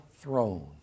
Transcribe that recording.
throne